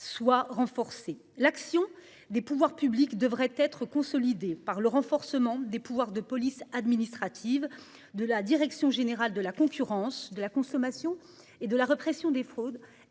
régulatrices. L'action des pouvoirs publics devra ainsi être consolidée par le renforcement des pouvoirs de police administrative de la direction générale de la concurrence, de la consommation et de la répression des fraudes